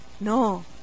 No